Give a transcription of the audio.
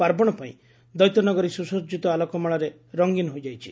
ପାର୍ବଣ ପାଇଁ ଦୈତ୍ୟନଗରୀ ସୁସଜିତ ଆଲୋକମାଳାରେ ରଙ୍ଗୀନ ହୋଇଯାଇଛି